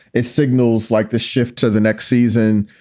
it signals like the shift to the next season.